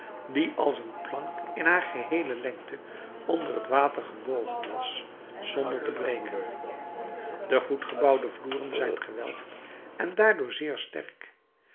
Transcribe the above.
die als een plank in haar geheele lengte onder het water gebogen was zonder te breken de goed gebouwde vloeren zijn gewelfd en daardoor zeer sterk